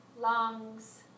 lungs